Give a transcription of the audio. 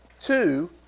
Two